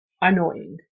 annoying